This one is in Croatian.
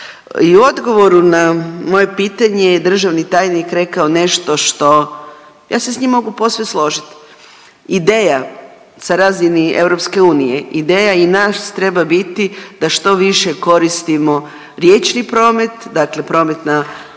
I u odgovoru na moje pitanje je državni tajnik rekao nešto što ja se s njim mogu posve složiti. Ideja na razini EU, ideja i nas treba biti da što više koristimo riječni promet, dakle promet na riječnim